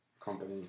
Company